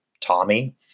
Tommy